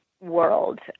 world